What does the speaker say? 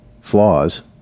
flaws